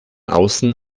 außen